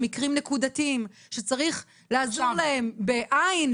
מקרים נקודתיים שצריך לעזור להם בעין,